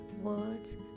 words